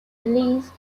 belize